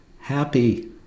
Happy